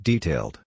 Detailed